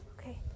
Okay